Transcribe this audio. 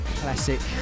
classic